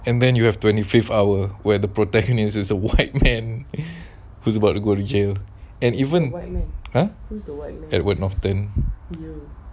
and then you have twenty fifth our where the protagonist is a white man who's about to go to jail and even !huh! edward norton